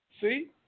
See